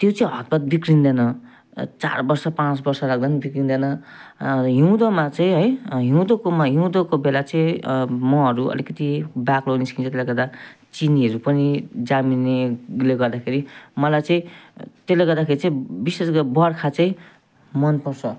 त्यो चाहिँ हतपत बिग्रिँदैन चार वर्ष पाँच वर्ष राख्दा पनि बिग्रिँदैन हिउँदमा चाहिँ है हिउँदकोमा हिउँदको बेला चाहिँ महहरू अलिकति बाक्लो निस्किन्छ त्यसले गर्दा चिनीहरू पनि जामिने गिलो गर्दाखेरि मलाई चाहिँ त्यसले गर्दाखेरि चाहिँ विशेष गरेर बर्खा चाहिँ मनपर्छ